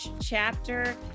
chapter